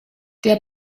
der